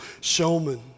showman